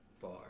far